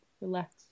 relax